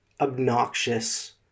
obnoxious